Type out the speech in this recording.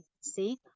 see